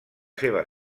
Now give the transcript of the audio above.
seva